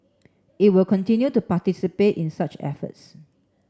it will continue to participate in such efforts